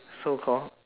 so call